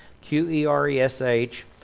Q-E-R-E-S-H